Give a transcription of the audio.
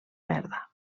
verda